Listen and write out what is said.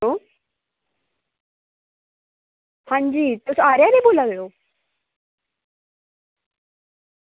hello आं जी तुस आरे आह्ले बोल्ला दे ओ